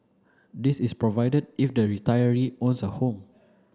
this is provided if the retiree owns a home